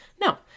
No